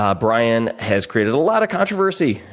um brian has created a lot of controversy,